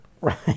Right